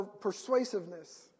persuasiveness